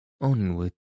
Onward